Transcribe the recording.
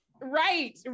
right